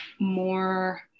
more